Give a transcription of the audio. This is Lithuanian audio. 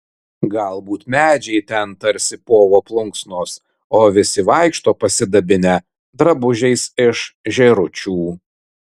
galbūt medžiai ten tarsi povo plunksnos o visi vaikšto pasidabinę drabužiais iš žėručių